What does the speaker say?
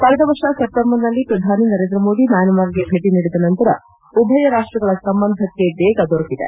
ಕಳೆದ ವರ್ಷ ಸೆಪ್ಟೆಂಬರ್ನಲ್ಲಿ ಶ್ರಧಾನಿ ನರೇಂದ್ರಮೋದಿ ಮ್ಯಾನ್ಮಾರ್ಗೆ ಭೇಟಿ ನೀಡಿದ ನಂತರ ಉಭಯ ರಾಷ್ಟಗಳ ಸಂಬಂಧಕ್ಕೆ ವೇಗ ದೊರಕಿದೆ